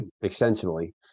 extensively